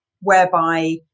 whereby